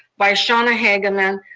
by shauna hagemann,